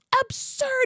absurd